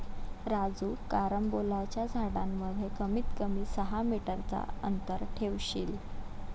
राजू कारंबोलाच्या झाडांमध्ये कमीत कमी सहा मीटर चा अंतर ठेवशील